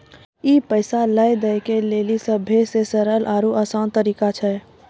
ई पैसा लै दै के लेली सभ्भे से सरल आरु असान तरिका छै